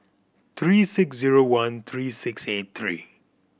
three six zero one three six eight three